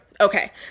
okay